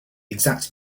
exact